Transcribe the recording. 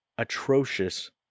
atrocious